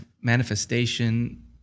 manifestation